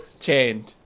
change